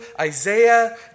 Isaiah